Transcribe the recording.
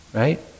right